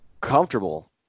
comfortable